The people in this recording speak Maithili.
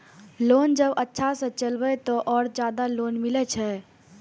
लोन जब अच्छा से चलेबे तो और ज्यादा लोन मिले छै?